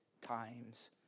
times